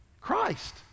christ